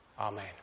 Amen